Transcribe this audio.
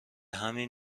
همین